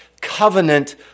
covenant